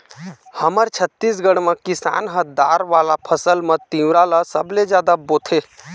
हमर छत्तीसगढ़ म किसान ह दार वाला फसल म तिंवरा ल सबले जादा बोथे